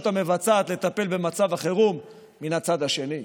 המבצעת לטפל במצב החירום מן הצד השני.